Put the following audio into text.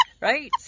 right